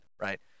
right